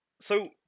So-